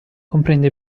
comprende